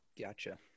Gotcha